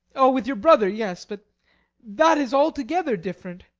oh, with your brother, yes. but that is altogether different.